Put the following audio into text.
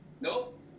Nope